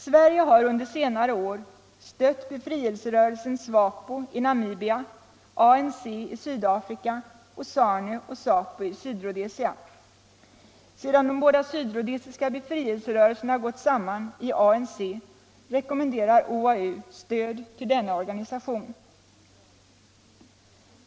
Sverige har under senare år stött befrielserörelsen SWAPO i Namibia, ANC i Sydafrika och ZANU och ZAPU i Sydrhodesia. Sedan de båda sydrhodesiska befrielserörelserna gått samman i ANC rekommenderar OAU stöd till denna organisation.